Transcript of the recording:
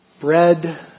bread